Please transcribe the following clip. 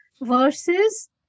versus